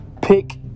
pick